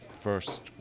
first